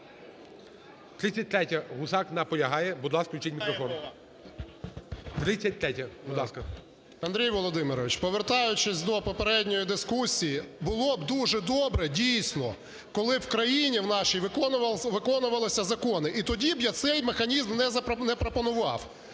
33-я, Гусак. Наполягає. Будь ласка, включіть мікрофон. 33-я. Будь ласка. 17:19:02 ГУСАК В.Г. Андрій Володимирович, повертаючись до попередньої дискусії. Було б дуже добре, дійсно, коли б в країні нашій виконувалися закони, і тоді б я цей механізм не пропонував.